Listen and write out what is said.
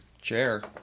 chair